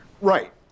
Right